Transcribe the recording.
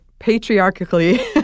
Patriarchically